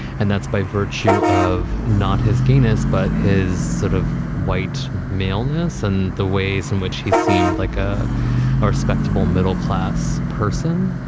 and that's by virtue of not his gayness, but his sort of white maleness and the ways in which he seemed like a ah respectable middle class person.